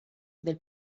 del